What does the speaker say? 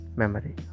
memory